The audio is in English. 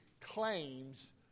claims